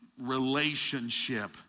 relationship